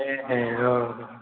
ए ए औ